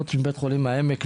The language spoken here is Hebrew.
חוץ מבית חולים העמק,